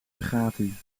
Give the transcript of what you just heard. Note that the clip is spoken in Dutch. bugatti